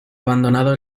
abandonado